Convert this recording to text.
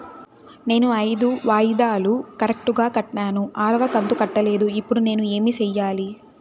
నేను ఐదు వాయిదాలు కరెక్టు గా కట్టాను, ఆరవ కంతు కట్టలేదు, ఇప్పుడు నేను ఏమి సెయ్యాలి?